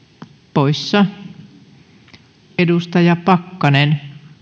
poissa edustaja pakkanen